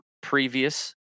previous